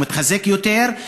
הוא מתחזק יותר,